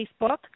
Facebook